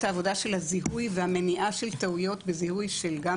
עבודת הזיהוי ואת מניעת הטעויות בזיהוי של זרע,